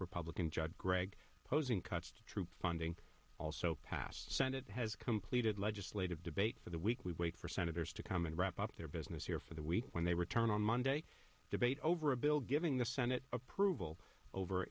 republican judd gregg opposing cuts to troop funding also passed the senate has completed legislative debate for the week we wait for senators to come and wrap up their business here for the week when they return on monday debate over a bill giving the senate approval over